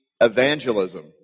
evangelism